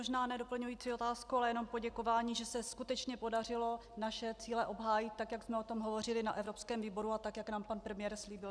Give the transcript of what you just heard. Možná ne doplňující otázku, ale jenom poděkování, že se skutečně podařilo naše cíle obhájit tak, jak jsme o tom hovořili na evropském výboru, a tak, jak nám pan premiér slíbil.